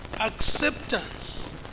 acceptance